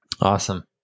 Awesome